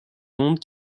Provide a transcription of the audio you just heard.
monde